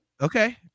Okay